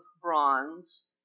bronze